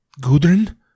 Gudrun